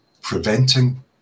preventing